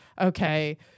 Okay